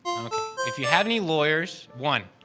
okay, if you have any lawyers one,